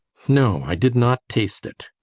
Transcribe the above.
no. i did not taste it.